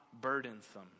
burdensome